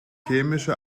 chemische